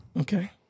Okay